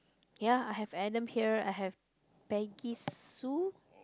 ya I have Adam here I have Peggy Sue